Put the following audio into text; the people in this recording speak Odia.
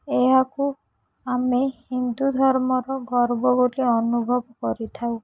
ଏହାକୁ ଆମେ ହିନ୍ଦୁ ଧର୍ମର ଗର୍ବ ବୋଲି ଅନୁଭବ କରିଥାଉ